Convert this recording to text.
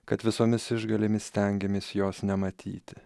kad visomis išgalėmis stengiamės jos nematyti